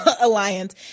alliance